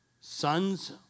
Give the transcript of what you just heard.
Sons